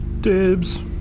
dibs